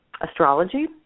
astrology